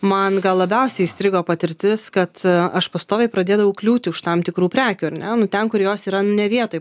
man gal labiausiai įstrigo patirtis kad aš pastoviai pradėdavau kliūti už tam tikrų prekių ar ne nu ten kur jos yra ne vietoj